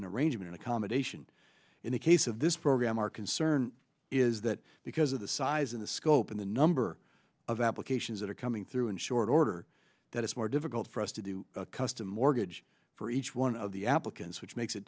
an arrangement accommodation in the case of this program our concern is that because of the size of the scope and the number of applications that are coming through in short order that it's more difficult for us to do a custom mortgage for each one of the applicants which makes it